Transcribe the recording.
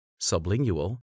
sublingual